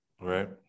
right